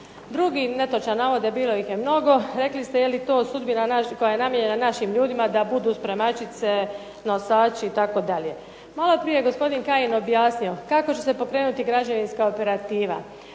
Drugi netočan navod, a bilo ih je mnogo, rekli ste to, jeli to sudbina koja je namijenjena našim ljudima da budu spremačice, nosači itd. Malo prije je gospodin Kajin objasnio kako će se pokrenuti građevinska operativa.